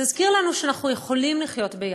זה הזכיר לנו שאנחנו יכולים לחיות יחד,